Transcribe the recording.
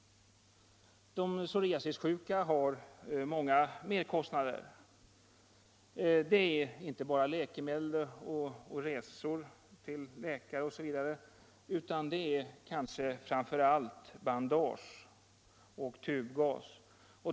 De psoriasissjuka har många merkostnader. Det gäller inte bara läkemedel och resor till läkare utan kanske framför allt bandage och tubgas.